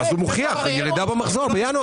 הוא מוכיח ירידה במחזור בינואר.